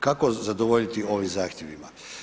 Kako zadovoljiti ovim zahtjevima?